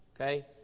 Okay